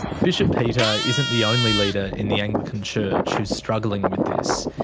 bishop peter isn't the only leader in the anglican church who's struggling with this.